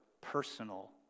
personal